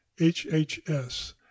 HHS